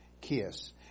kiss